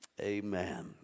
Amen